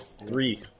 Three